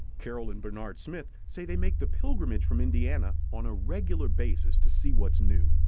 carole and bernard smith say they make the pilgrimage from indiana on a regular basis to see what's new.